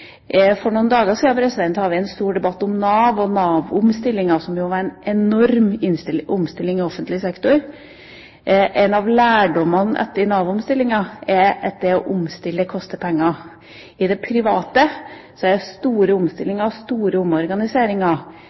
For noen dager siden hadde vi en stor debatt om Nav og Nav-omstillinga, som jo var en enorm omstilling i offentlig sektor. En av lærdommene etter Nav-omstillinga er at det å omstille koster penger. I det private er store omstillinger og store omorganiseringer